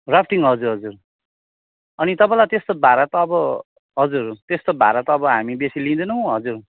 rafting हजुर हजुर अनि तपाईँलाई त्यस्तो भाडा त अब हजुर त्यस्तो भाडा त अब हामी बेसी लिँदैनौँ हजुर